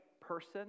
person